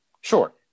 Sure